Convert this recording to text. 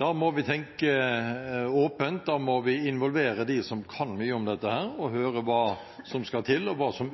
Da må vi tenke åpent, da må vi involvere dem som kan mye om dette og høre hva som skal til, og hva som